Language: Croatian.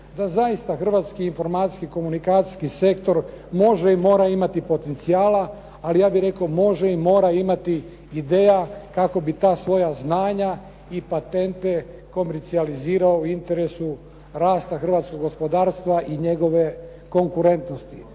da zaista hrvatski informacijski komunikacijski sektor može i mora imati potencijala, ali ja bih rekao može i mora imati ideja kako bi ta svoja znanja i patente komercijalizirao u interesu rasta hrvatskog gospodarstva i njegove konkurentnosti.